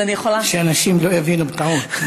אז אני יכולה שאנשים לא יבינו בטעות.